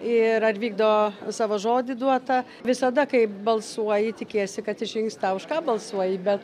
ir ar vykdo savo žodį duotą visada kai balsuoji tikiesi kad išrinks tą už ką balsuoji bet